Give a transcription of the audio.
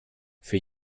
für